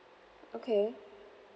okay